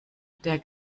der